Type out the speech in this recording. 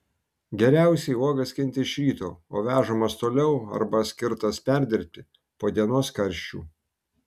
geriausiai uogas skinti iš ryto o vežamas toliau arba skirtas perdirbti po dienos karščių